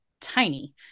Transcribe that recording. tiny